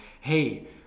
hey